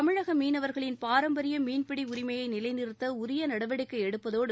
தமிழக மீனவர்களின் பாரம்பரிய மீன்பிடி உரிமையை நிலை நிறுத்த உரிய நடவடிக்கை எடுப்பதோடு